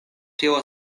tio